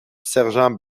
sergent